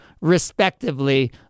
respectively